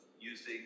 using